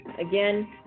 Again